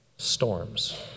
storms